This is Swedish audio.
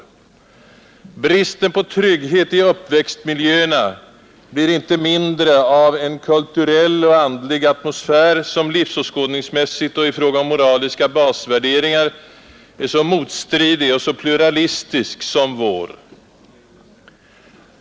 Bristen på trygghet i uppväxtmiljöerna blir inte mindre av en kulturell och andlig atmosfär, som av många livsåskådningsmässigt och i fråga om moraliska basvärderingar uppleves som så motstridig och så pluralistisk.